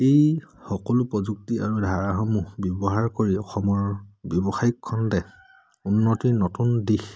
এই সকলো প্ৰযুক্তি আৰু ধাৰাসমূহ ব্যৱহাৰ কৰি অসমৰ ব্যৱসায়িক খণ্ডে উন্নতিৰ নতুন দিশ